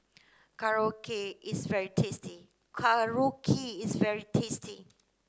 Korokke is very tasty Korokke is very tasty